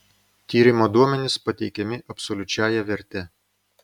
tyrimo duomenys pateikiami absoliučiąja verte